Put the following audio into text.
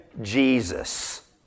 Jesus